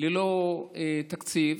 ללא תקציב,